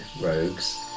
rogues